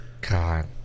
God